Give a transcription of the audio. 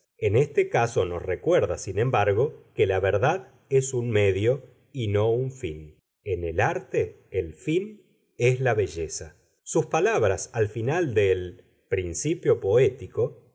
en este caso nos recuerda sin embargo que la verdad es un medio y no un fin en el arte el fin es la belleza sus palabras al final del principio poético